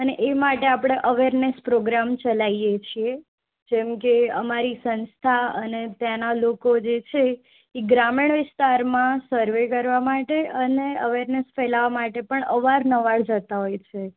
અને એ માટે આપણે અવેરનેસ પ્રોગ્રામ ચલાવીએ છીએ જેમ કે અમારી સંસ્થા અને તેના લોકો જે છે એ ગ્રામીણ વિસ્તારમાં સર્વે કરવા માટે અને અવેરનેસ ફેલાવવા માટે અવારનવાર જતાં હોય છે